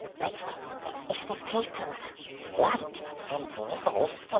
like if the people want something else, then.